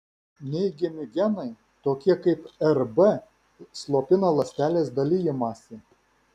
neigiami genai tokie kaip rb slopina ląstelės dalijimąsi